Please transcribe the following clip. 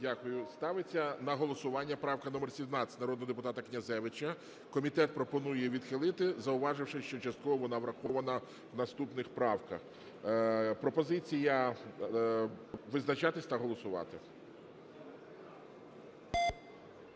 Ставиться на голосування правка номер 17 народного депутата Князевича. Комітет пропонує її відхилити, зауваживши, що частково вона врахована в наступних правках. Пропозиція визначатись та голосувати.